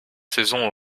saison